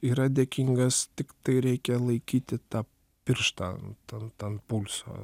yra dėkingas tiktai reikia laikyti tą pirštą ant ant ant pulso